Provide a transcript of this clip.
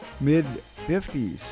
mid-50s